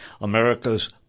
America's